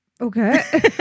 Okay